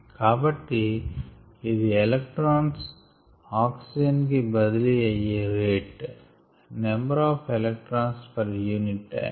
కాబట్టి ఇది electrons oxygen కి బదిలీ అయ్యే rate number of electrons per unit time